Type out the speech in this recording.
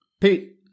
Pete